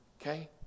okay